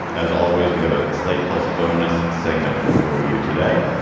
as always, we have a slate plus bonus segment for you today.